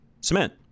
cement